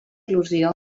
il·lusió